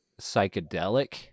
psychedelic